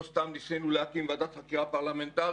לא סתם ניסינו להקים ועדת חקירה פרלמנטרית,